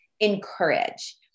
encourage